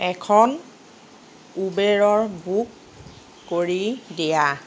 এখন উবেৰৰ বুক কৰি দিয়া